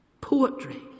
Poetry